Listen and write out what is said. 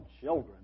children